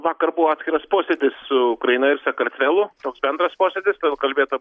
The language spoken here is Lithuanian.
vakar buvo atskiras posėdis su ukraina ir sakartvelu toks bendras posėdis daug kalbėta